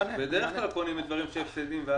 בדרך כלל קונים דברים שהם במצב הפסדי.